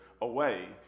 away